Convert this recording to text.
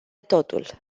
totul